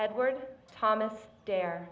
edward thomas dare